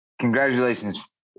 Congratulations